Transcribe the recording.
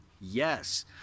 Yes